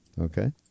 Okay